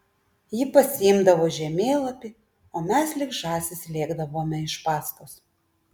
ji pasiimdavo žemėlapį o mes lyg žąsys lėkdavome iš paskos